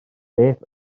beth